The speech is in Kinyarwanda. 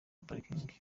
parikingi